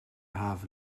have